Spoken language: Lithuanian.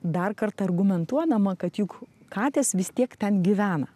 dar kartą argumentuodama kad juk katės vis tiek ten gyvena